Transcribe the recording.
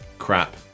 Crap